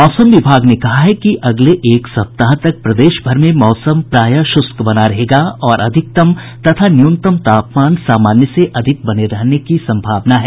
मौसम विभाग ने कहा है कि अगले एक सप्ताह तक प्रदेश भर में मौसम प्रायः शुष्क बना रहेगा और अधिकतम तथा न्यूनतम तापमान सामान्य से अधिक बने रहने की सम्भावना है